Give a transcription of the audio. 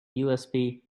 usb